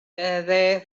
they